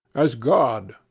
as god.